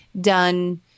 done